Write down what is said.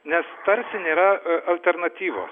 nes tarsi nėra alternatyvos